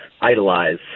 idolize